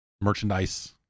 merchandise